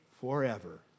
forever